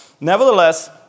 nevertheless